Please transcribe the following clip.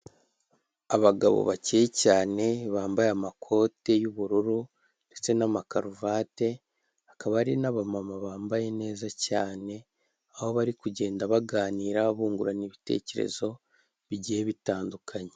Abagabo bake cyane bambaye amakote y'ubururu ndetse n'amakaruvati akaba hari n'abamama bambaye neza cyane aho bari kugenda baganira bungurana ibitekerezo bigiye bitandukanye.